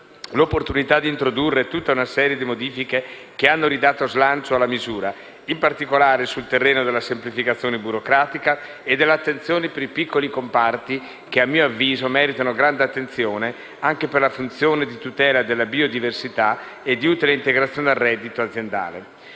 l'opportunità di introdurre tutta una serie di modifiche che hanno ridato slancio alla misura, in particolare sul terreno della semplificazione burocratica e dell'attenzione per i piccoli comparti che, a mio avviso, meritano grande attenzione, anche per la funzione di tutela della biodiversità e di utile integrazione al reddito aziendale.